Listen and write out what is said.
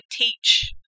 teach